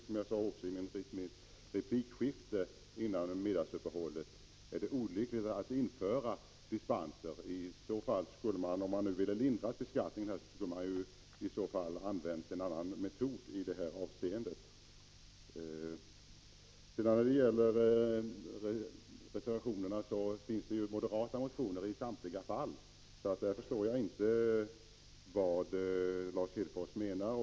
Som jag sade i replikskiftet före middagsuppehållet är det olyckligt att införa dispenser. Om man vill lindra beskattningen skall man använda en annan metod. När det gäller reservationerna vill jag bara påpeka att det finns moderata reservationer i samtliga fall. Jag förstår därför inte vad Lars Hedfors menade.